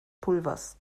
pulvers